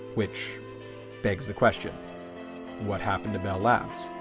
which begs the question what happened to bell labs?